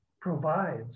provides